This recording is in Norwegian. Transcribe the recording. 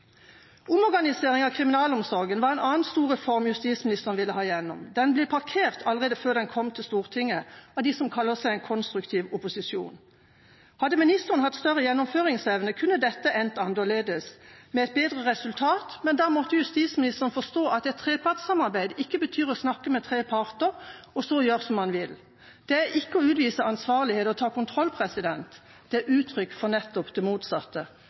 Omorganisering av kriminalomsorgen var en annen stor reform justisministeren ville ha gjennom. Den ble parkert allerede før den kom til Stortinget, av de som kaller seg en konstruktiv opposisjon. Hadde ministeren hatt større gjennomføringsevne, kunne dette endt annerledes og med et bedre resultat, men da måtte justisministeren forstå at et trepartssamarbeid ikke betyr å snakke med tre parter og så gjøre som man vil. Det er ikke å utvise ansvarlighet og ta kontroll. Det er uttrykk for nettopp det motsatte: